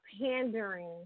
pandering